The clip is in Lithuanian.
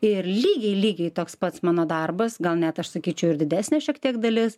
ir lygiai lygiai toks pats mano darbas gal net aš sakyčiau ir didesnė šiek tiek dalis